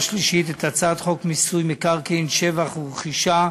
שלישית את הצעת חוק מיסוי מקרקעין (שבח ורכישה)